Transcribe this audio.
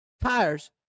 Tires